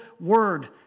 word